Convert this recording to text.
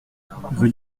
rue